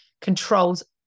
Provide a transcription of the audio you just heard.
controls